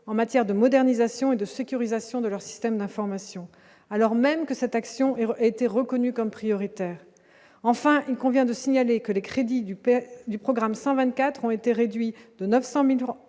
en matière de modernisation et de sécurisation de leur système d'information, alors même que cette action a été reconnues comme prioritaires, enfin, il convient de signaler que les crédits du père du programme 124 ont été réduits de 900